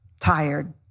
tired